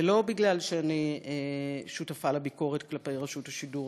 ולא מפני שאני שותפה לביקורת כלפי רשות השידור.